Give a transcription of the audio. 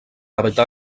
evitar